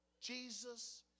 Jesus